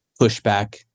pushback